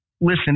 Listen